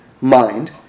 mind